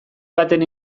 baten